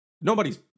Nobody's